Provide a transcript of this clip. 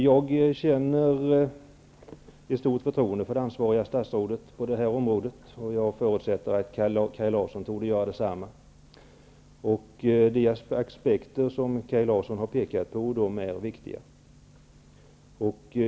Jag känner ett stort förtroende för det ansvariga statsrådet på det här området, och jag förutsätter att Kaj Larsson gör detsamma. De aspekter som Kaj Larsson har pekat på är viktiga.